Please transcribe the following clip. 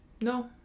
No